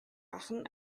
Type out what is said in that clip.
machen